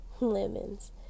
lemons